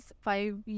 five